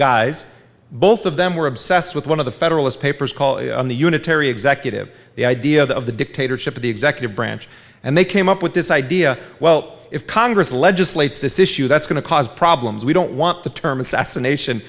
guys both of them were obsessed with one of the federalist papers called the unitary executive the idea of the dictatorship of the executive branch and they came up with this idea well if congress legislates this issue that's going to cause problems we don't want the term assassination